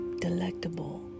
delectable